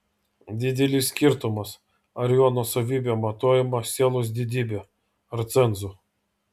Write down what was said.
didelis skirtumas ar jo nuosavybė matuojama sielos didybe ar cenzu